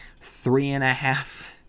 three-and-a-half